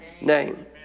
name